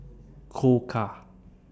Koka